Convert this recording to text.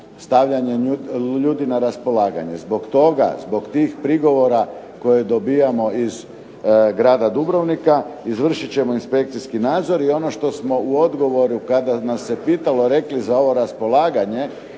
stavljanje ljudi na raspolaganje. Zbog toga, zbog tih prigovora koje dobivamo iz grada Dubrovnika izvršit ćemo inspekcijski nadzor i ono što smo u odgovoru kada nas se pitalo rekli za ovo raspolaganje